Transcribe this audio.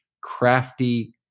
crafty